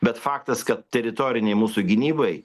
bet faktas kad teritorinei mūsų gynybai